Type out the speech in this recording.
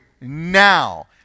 now